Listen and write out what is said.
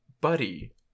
Buddy